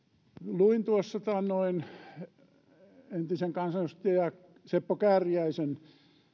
luin tuossa taannoin entisen kansanedustajan seppo kääriäisen